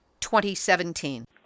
2017